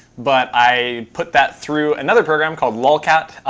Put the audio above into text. but i put that through another program called lolcat,